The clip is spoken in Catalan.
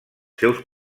seus